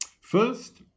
First